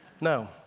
No